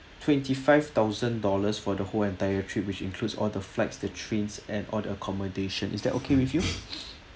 twenty-five thousand dollars for the whole entire trip which includes all the flights the trains and all the accommodation is that okay with you